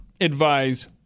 advise